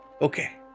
Okay